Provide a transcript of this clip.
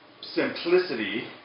Simplicity